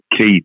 key